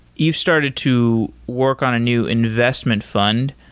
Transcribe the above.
you started to work on a new investment fund.